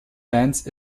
bands